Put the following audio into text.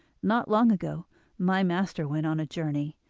not long ago my master went on a journey,